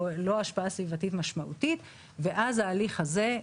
לא השפעה סביבתית משמעותית ואז ההליך הזה,